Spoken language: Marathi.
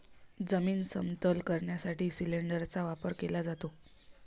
जमीन समतल करण्यासाठी सिलिंडरचा वापर केला जातो